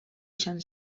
izan